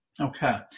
Okay